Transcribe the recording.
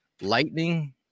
lightning